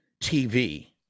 TV